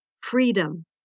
freedom